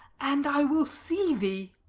and i will see thee.